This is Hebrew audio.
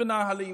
ונהלים